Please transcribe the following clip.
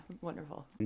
wonderful